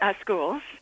Schools